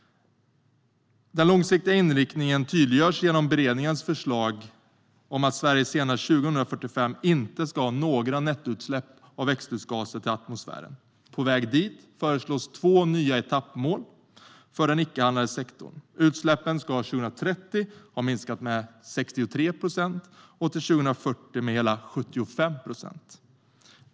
Den senare tydliggörs genom beredningens förslag om att Sverige senast 2045 inte ska ha några nettoutsläpp av växthusgaser till atmosfären. På väg dit föreslås två nya etappmål: För den icke-handlande sektorn ska utsläppen till 2030 ha minskat med 63 procent och till 2040 med hela 75 procent.